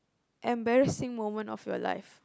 embarrassing moment of your life